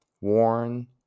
worn